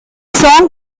song